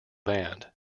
band